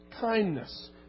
kindness